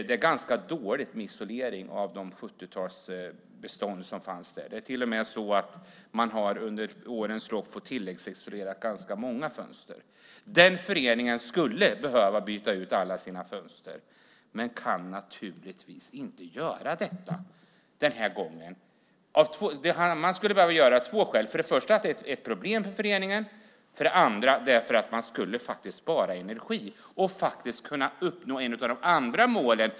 Det är ganska dåligt med isoleringen av de 70-talsbestånd som finns där. Det är till och med så att man under åren fått tilläggsisolera ganska många fönster. Den föreningen skulle behöva byta ut alla sina fönster men kan naturligtvis inte göra det den här gången. Man skulle behöva göra det av två skäl. För det första är det ett problem för föreningen. För det andra skulle man spara energi och man skulle kunna uppnå ett av de andra målen.